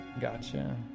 Gotcha